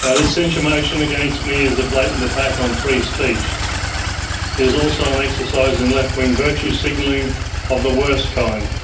ah this censure motion against me is a blatant attack on free speech. it is also an exercise in left wing virtue signalling of the worst kind.